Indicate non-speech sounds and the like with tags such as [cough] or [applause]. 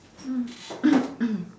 mm [coughs]